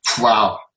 Wow